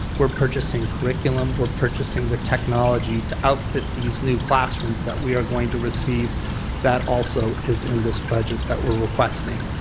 we are purchasing curriculum, we are purchasing the technology to outfit these new classrooms that we are going to receive that also is in this budget that we are requesting.